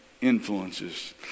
influences